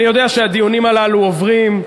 אני יודע שהדיונים הללו עוברים,